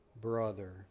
brother